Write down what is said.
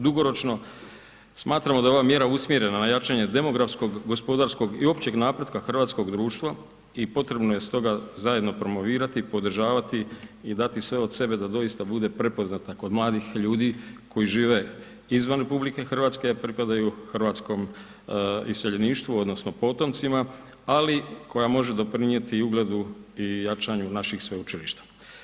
Dugoročno, smatramo da je ova mjera usmjerena na jačanje demografskog, gospodarskog i općeg napretka hrvatskog društva i potrebno je stoga zajedno promovirati i podržavati i dati sve od sebe da doista bude prepoznata kod mladih ljudi koji žive izvan RH, a pripadaju hrvatskom iseljeništvu odnosno potomcima, ali koja može doprinijeti ugledu i jačanju naših sveučilišta.